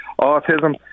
autism